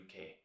UK